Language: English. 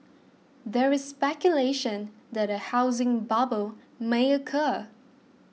there is speculation that a housing bubble may occur